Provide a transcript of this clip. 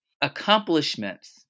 accomplishments